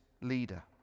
leader